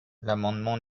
l’amendement